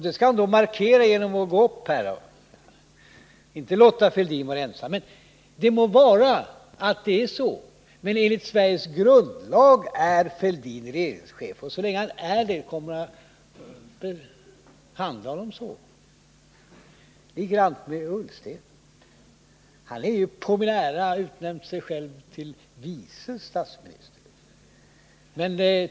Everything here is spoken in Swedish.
Detta markerar han genom att gå upp här och inte låta Thorbjörn Fälldin ensam svara. Det må vara att det förhåller sig så, men enligt Sveriges grundlag är Thorbjörn Fälldin regeringschef, och så länge han är det kommer vi att behandla honom som sådan. Likadant är det med Ola Ullsten. Han har utnämnt sig själv till vice statsminister.